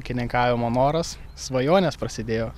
ūkininkavimo noras svajonės prasidėjo